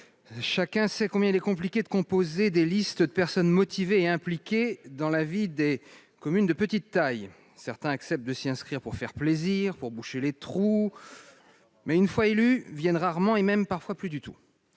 chacun sait combien il est compliqué de composer des listes de personnes motivées, impliqués dans la vie des communes de petite taille, certains acceptent de s'y inscrire, pour faire plaisir, pour boucher les trous, mais une fois élu, viennent rarement et même parfois plus du tout